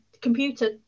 computer